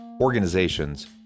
organizations